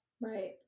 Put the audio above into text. Right